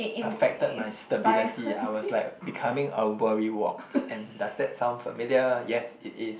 affected my stability I was like becoming a worrywart and does that sound familiar yes it is